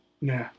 Nah